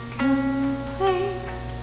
complete